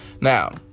now